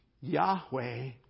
Yahweh